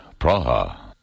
Praha